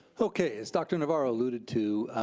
okay, as dr. navarro alluded to,